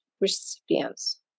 recipients